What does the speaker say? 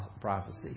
prophecy